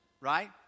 right